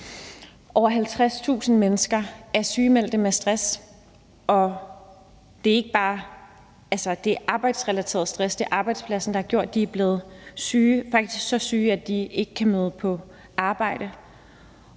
over 50.000 mennesker er sygemeldte med arbejdsrelateret stress; altså, det er arbejdspladsen der har gjort, at de faktisk er blevet så syge, at de ikke kan møde på arbejde.